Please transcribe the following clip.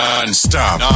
Non-stop